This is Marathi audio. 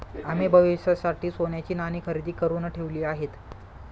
आम्ही भविष्यासाठी सोन्याची नाणी खरेदी करुन ठेवली आहेत